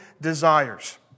desires